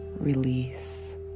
release